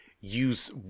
use